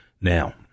Now